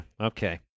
Okay